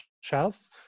shelves